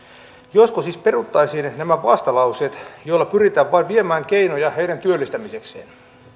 josko siis peruttaisiin nämä vastalauseet joilla pyritään vain viemään keinoja heidän työllistämisekseen